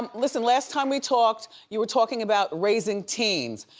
um listen, last time we talked, you were talking about raising teens,